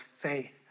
faith